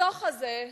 הדוח הזה,